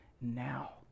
now